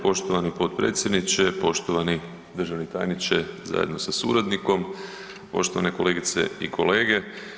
Poštovani potpredsjedniče, poštovani državni tajniče zajedno sa suradnikom, poštovane kolegice i kolege.